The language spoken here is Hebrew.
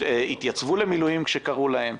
התייצבו למילואים כשקראו להם,